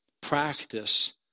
practice